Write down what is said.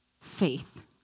faith